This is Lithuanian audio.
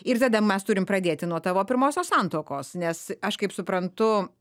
ir tada mes turim pradėti nuo tavo pirmosios santuokos nes aš kaip suprantu